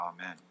Amen